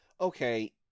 okay